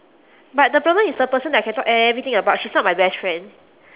but the problem is the person that I can talk everything about she's not my best friend